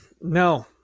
no